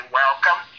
welcome